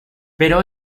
pero